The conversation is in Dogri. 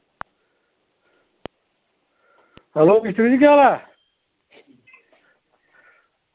हैलो मिस्तरी जी केह् हाल ऐ